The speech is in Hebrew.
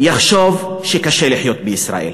יחשוב שקשה לחיות בישראל